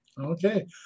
Okay